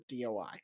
DOI